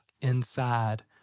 inside